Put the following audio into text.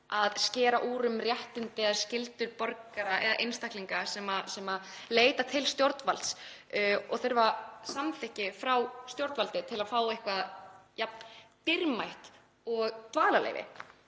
að skera úr um réttindi eða skyldur borgara eða einstaklinga sem leita til stjórnvalds og þurfa samþykki frá stjórnvaldi til að fá eitthvað jafn dýrmætt og dvalarleyfi.